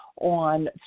on